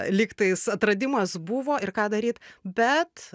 lygtais atradimas buvo ir ką daryt bet